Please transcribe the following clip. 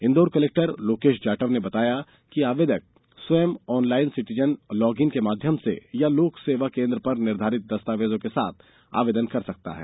Indore collector Lokesh Jatav ने बताया कि आवेदक स्वयं ऑनलाइन सिटीजन लॉगइन के माध्यम से या लोक सेवा केन्द्र पर निर्धारित दस्तावेजों के साथ आवेदन कर सकता है